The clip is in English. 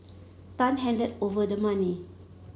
tan handed over the money